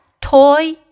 Toy